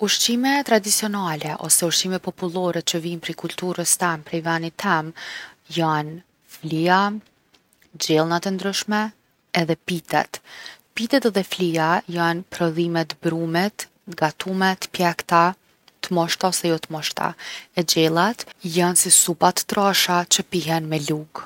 Ushqime tradicionale, ose ushqime popullore që vijnë prej kulturës tem, prej venit tem jon flija, gjellnat e ndryshme edhe pitet. Pitet edhe flija jon prodhime t’brumit, t’gatume t’pjekta, t’mushta ose jo t’mushta. E gjellat jon si supa t’trasha që pihen me lug’.